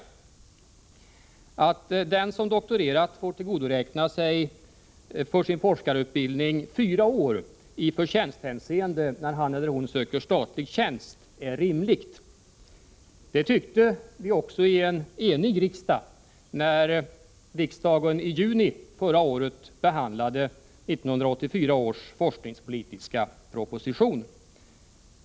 Det är rimligt att den som doktorerat för sin forskarutbildning får tillgodoräkna sig fyra år i förtjänsthänseende när han eller hon söker statlig tjänst. Det tyckte också en enig riksdag när den i juni förra året behandlade 1984 års forskningspolitiska proposition.